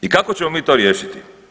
I kako ćemo mi to riješiti?